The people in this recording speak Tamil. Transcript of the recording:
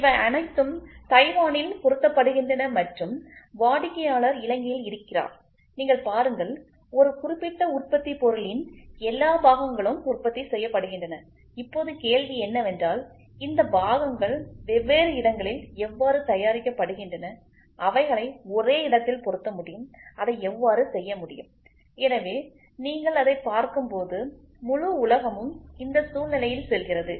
இவை அனைத்தும் தைவானில் பொருத்தப்படுகின்றன மற்றும் வாடிக்கையாளர் இலங்கையில் இருக்கிறார் நீங்கள் பாருங்கள் ஒரு குறிப்பிட்ட உற்பத்தி பொருளின் எல்லா பாகங்களும் உற்பத்தி செய்யப்படுகின்றன இப்போது கேள்வி என்னவென்றால் இந்த பாகங்கள் வெவ்வேறு இடங்களில் எவ்வாறு தயாரிக்கப்படுகின்றன அவைகளை ஒரே இடத்தில் பொருத்த முடியும் அதை எவ்வாறு செய்ய முடியும் எனவே நீங்கள் அதைப் பார்க்கும்போது முழு உலகமும் இந்த சூழ்நிலையில் செல்கிறது